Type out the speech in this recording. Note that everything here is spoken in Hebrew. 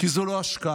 כי זאת לא הוצאה,